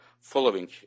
following